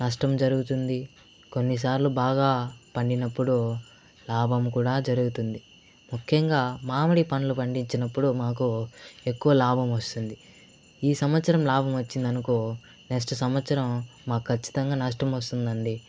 నష్టం జరుగుతుంది కొన్నిసార్లు బాగా పండినప్పుడు లాభం కూడా జరుగుతుంది ముఖ్యంగా మామిడి పండ్లు పండించినప్పుడు మాకు ఎక్కువ లాభం వస్తుంది ఈ సంవత్సరం లాభం వచ్చింది అనుకో నెక్స్ట్ సంవత్సరం మాకు ఖచ్చితంగా నష్టం వస్తుందండి